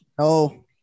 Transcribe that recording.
No